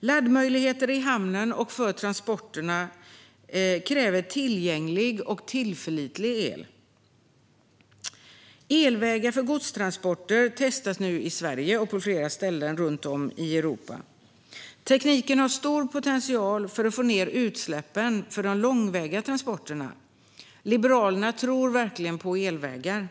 Laddmöjligheter i hemmen och för transporterna kräver tillgänglig och tillförlitlig el. Elvägar för godstransporter testas nu i Sverige och på flera ställen runt om i Europa. Tekniken har stor potential för att få ned utsläppen från de långväga transporterna. Liberalerna tror verkligen på elvägar.